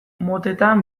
motetan